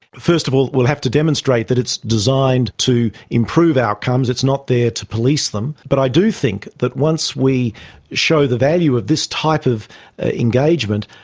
first of all we'll have to demonstrate that it's designed to improve outcomes, it's not there to police them. but i do think that once we show the value of this type of engagement,